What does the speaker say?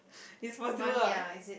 is possible